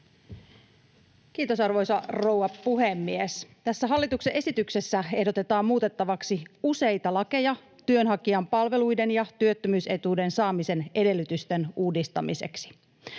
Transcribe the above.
Kiitos, arvoisa rouva puhemies! Tässä hallituksen esityksessä ehdotetaan muutettavaksi useita lakeja työnhakijan palveluiden ja työttömyysetuuden saamisen edellytysten uudistamiseksi.